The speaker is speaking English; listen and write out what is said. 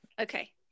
okay